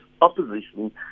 opposition